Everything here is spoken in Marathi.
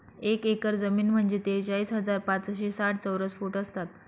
एक एकर जमीन म्हणजे त्रेचाळीस हजार पाचशे साठ चौरस फूट असतात